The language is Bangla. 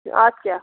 আচ্ছা